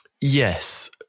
Yes